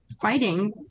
fighting